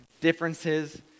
differences